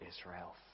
Israel